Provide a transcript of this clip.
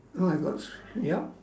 oh I've gots yup